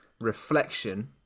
reflection